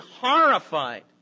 horrified